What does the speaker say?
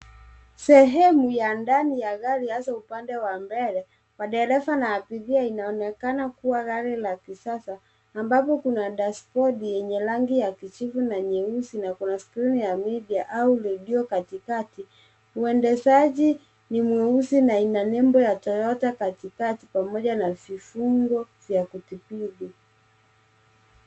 Sehemu ya ndani ya gari hasa upande wa mbele, wa dereva na abiria, inaonekana kuwa gari la kisasa ambapo kuna dashibodi yenye rangi ya kijivu na nyeusi na kuna skrini ya media au redio katikati. Uendeshaji ni mweusi na ina nembo ya Toyota katikati pamoja na vifungo vya kudhibiti.